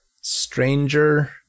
stranger